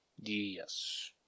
Yes